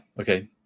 okay